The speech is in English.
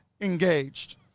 engaged